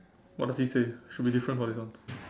what does he say should be different for this one